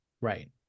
Right